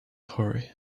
hurry